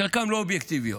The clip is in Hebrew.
חלקן לא אובייקטיביות.